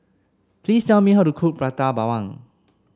please tell me how to cook Prata Bawang